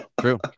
True